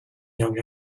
young